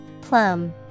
Plum